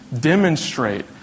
demonstrate